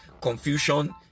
confusion